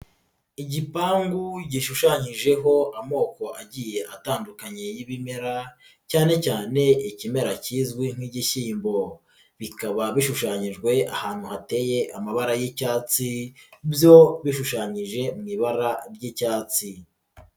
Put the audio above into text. Igipangu gishushanyijeho amoko agiye atandukanye y'ibimera cyane cyane ikimera kizwi nk'igishyimbo. Bikaba bishushanyijwe ahantu hateye amabara y'icyatsi, byo bishushanyije mu ibara ry'icyatsi.